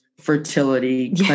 fertility